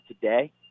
today